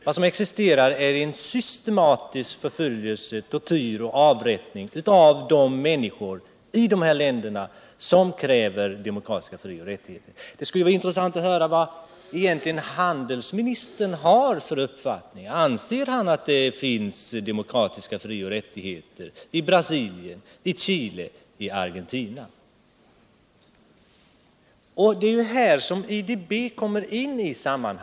Vad som existerar där är systematisk förföljelse, tortyr och avrättningar av de människor som kräver demokratiska fri och rättigheter. Det skulle vara intressant att höra vilken uppfattning handelsmininstern egentligen har i den här frågan. Anser han att det finns demokratiska fri och rättigheter i Brasilien, Chile och Argentina? Det är i detta sammanhang IDB kommer in i bilden.